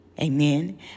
Amen